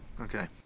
Okay